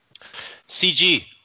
CG